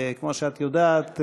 וכמו שאת יודעת,